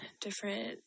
different